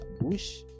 Bush